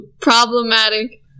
problematic